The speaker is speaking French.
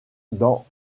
dans